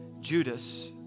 Judas